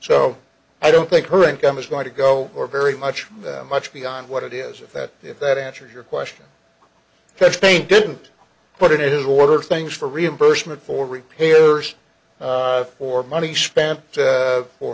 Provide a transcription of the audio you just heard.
so i don't think her income is going to go or very much much beyond what it is if that if that answers your question yes they didn't put it in his order things for reimbursement for repairs or money spent